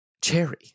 cherry